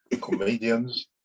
comedians